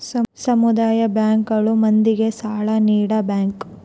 ಸಮುದಾಯ ಬ್ಯಾಂಕ್ ಗಳು ಮಂದಿಗೆ ಸಾಲ ನೀಡ ಬ್ಯಾಂಕ್